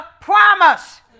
promise